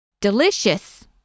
Delicious